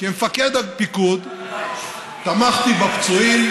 כמפקד הפיקוד תמכתי בפצועים,